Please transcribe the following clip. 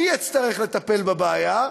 אני אצטרך לטפל בבעיה.